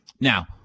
Now